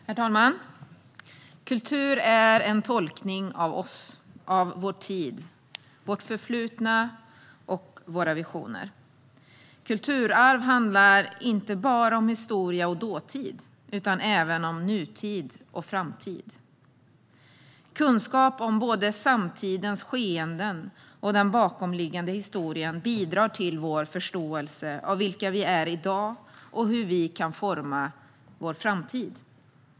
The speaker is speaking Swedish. Herr talman! Kultur är en tolkning av oss, av vår tid, vårt förflutna och våra visioner. Kulturarv handlar inte bara om historia och dåtid utan även om nutid och framtid. Kunskap om både samtidens skeenden och den bakomliggande historien bidrar till vår förståelse av vilka vi är i dag och hur vi kan forma vår framtid.